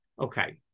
Okay